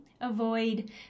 avoid